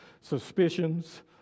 suspicions